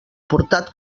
portat